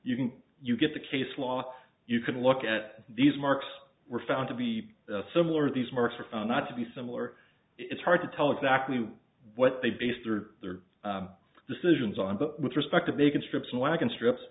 you can you get the case law you can look at these marks were found to be similar these marks are not to be similar it's hard to tell exactly what they based their decisions on but with respect to bacon strips and wagon strips